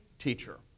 teacher